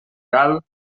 gal